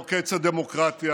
לא קץ הדמוקרטיה,